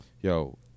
yo